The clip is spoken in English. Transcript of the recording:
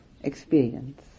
experience